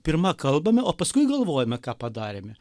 pirma kalbame o paskui galvojame ką padarėme